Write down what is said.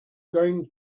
going